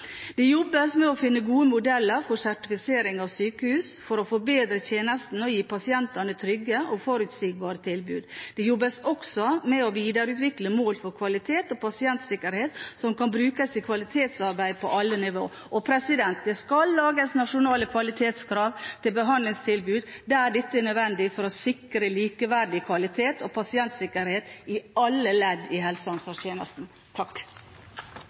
modeller for sertifisering av sykehus, for å forbedre tjenestene og gi pasientene trygge og forutsigbare tilbud. Det jobbes også med å videreutvikle mål for kvalitet og pasientsikkerhet som kan brukes i kvalitetsarbeidet på alle nivå, og det skal lages nasjonale kvalitetskrav til behandlingstilbud der dette er nødvendig for å sikre likeverdig kvalitet og pasientsikkerhet i alle ledd av helse- og omsorgstjenesten.